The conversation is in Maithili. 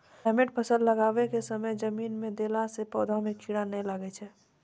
थाईमैट फ़सल लगाबै के समय जमीन मे देला से पौधा मे कीड़ा नैय लागै छै?